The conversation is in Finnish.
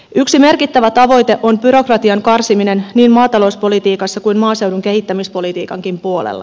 yksi merkittävä tavoite on byrokratian karsiminen niin maatalouspolitiikassa kuin maaseudun kehittämispolitiikankin puolella